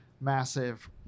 massive